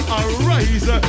arise